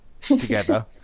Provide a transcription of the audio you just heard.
together